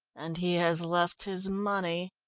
and he has left his money?